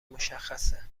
مشخصه